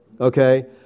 okay